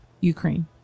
Ukraine